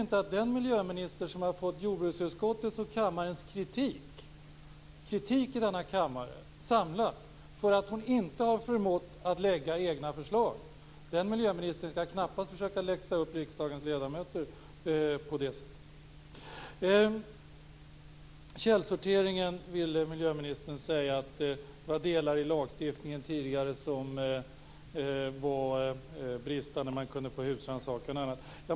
Men den miljöminister som har fått jordbruksutskottets och kammarens samlade kritik för att hon inte har förmått att lägga fram egna förslag skall knappast försöka att läxa upp riksdagens ledamöter på det sättet. Angående källsortering sade miljöministern att det tidigare fanns delar i lagstiftningen som var bristande. Bl.a. kunde det göras husrannsakan.